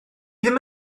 ddim